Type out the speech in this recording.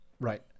right